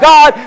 God